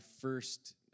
first